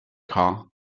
car